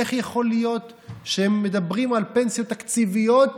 איך יכול להיות שהם מדברים על פנסיות תקציביות